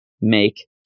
make